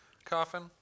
coffin